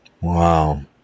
Wow